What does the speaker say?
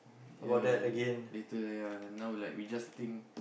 ya later ya now like we just think